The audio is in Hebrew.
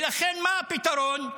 ולכן, מה הפתרון?